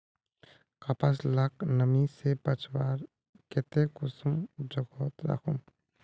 कपास लाक नमी से बचवार केते कुंसम जोगोत राखुम?